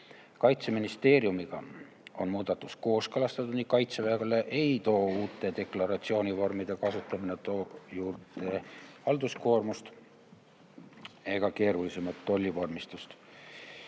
Kaitseministeeriumiga on muudatus kooskõlastatud. Kaitseväele ei too uute deklaratsiooni vormide kasutamine halduskoormust ega keerulisemat tollivormistust.